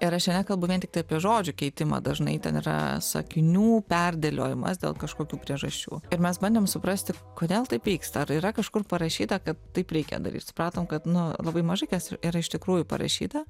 ir aš čia nekalbu vien tiktai apie žodžių keitimą dažnai ten yra sakinių perdėliojimas dėl kažkokių priežasčių ir mes bandėm suprasti kodėl taip vyksta ar yra kažkur parašyta kad taip reikia daryt supratom kad nu labai mažai kas yra iš tikrųjų parašyta